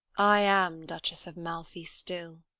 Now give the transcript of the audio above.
i am duchess of malfi still.